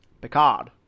Picard